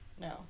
No